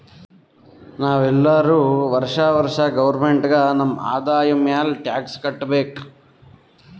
ನಾವ್ ಎಲ್ಲೋರು ವರ್ಷಾ ವರ್ಷಾ ಗೌರ್ಮೆಂಟ್ಗ ನಮ್ ಆದಾಯ ಮ್ಯಾಲ ಟ್ಯಾಕ್ಸ್ ಕಟ್ಟಬೇಕ್